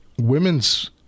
Women's